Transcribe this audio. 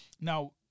Now